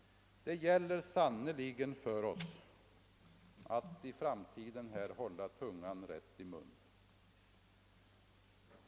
Det gäller sannerligen för oss att i framtiden hålla tungan rätt i mun.